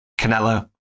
Canelo